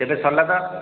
ଏବେ ସରିଲା ତ